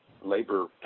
labor